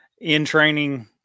in-training